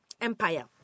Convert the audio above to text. Empire